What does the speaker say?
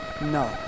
No